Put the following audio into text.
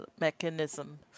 mechanism